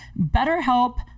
BetterHelp